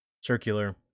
circular